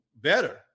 better